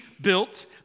built